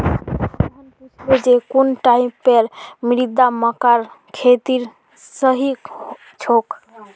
मोहन पूछले जे कुन टाइपेर मृदा मक्कार खेतीर सही छोक?